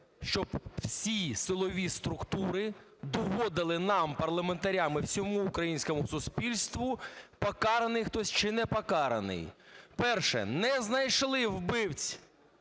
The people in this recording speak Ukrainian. щоб всі силові структури доводили нам, парламентарям, і всьому українському суспільству, покараний хтось чи непокараний. Перше. Не знайшли вбивць